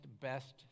best